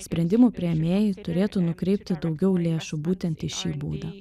sprendimų priėmėjai turėtų nukreipti daugiau lėšų būtent į šį būdą